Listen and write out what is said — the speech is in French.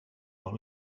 dans